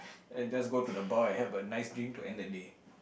and just go to the bar and have a nice drink to end the day